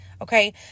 Okay